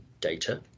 data